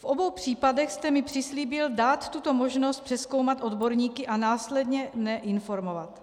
V obou případech jste mi přislíbil dát tuto možnost přezkoumat odborníky a následně mne informovat.